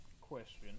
question